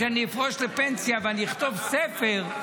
כשאני אפרוש לפנסיה ואני אכתוב ספר,